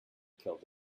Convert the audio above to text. killed